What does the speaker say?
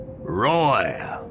Roy